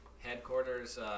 Headquarters